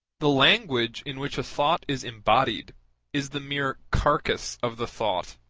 the language in which a thought is embodied is the mere carcass of the thought,